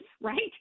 right